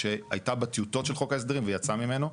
שהייתה בטיוטות של חוק ההסדרים ויצאה ממנו.